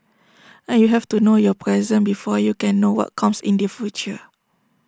and you have to know your present before you can know what comes in the future